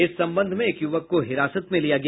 इस संबंध में एक युवक को हिरासत में लिया गया